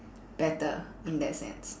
better in that sense